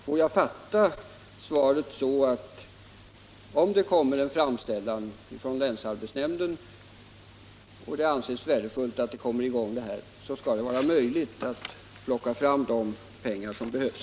Får jag alltså fatta svaret så att det, om det kommer en framställan härom från länsarbetsnämnden och det anses värdefullt att dessa arbeten kommer i gång, skall vara möjligt att få fram de pengar som behövs?